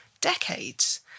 decades